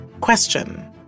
Question